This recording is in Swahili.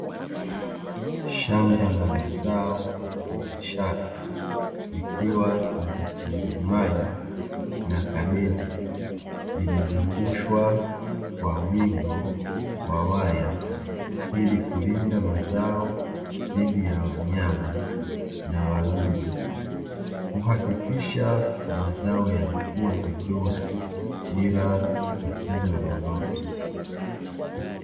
Shamba la mazao ya kibiashara likiwa na vitunguu maji na kabeji, limezungushwa kwa wigo wa waya ili kulinda mazao dhidi ya wanyama na wadudu kuhakikisha mazao yanakuwa vizuri bila tatizo lolote.